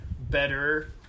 better